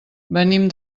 venim